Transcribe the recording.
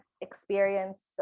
experience